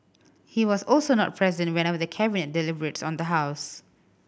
he was also not present whenever the Cabinet deliberates on the house